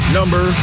number